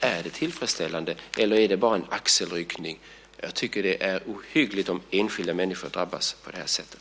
Är det tillfredsställande eller tar man det bara med en axelryckning? Jag tycker att det är ohyggligt om enskilda människor drabbas på det sättet.